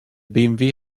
bmw